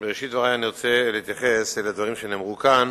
בראשית דברי אני רוצה להתייחס לדברים שנאמרו כאן.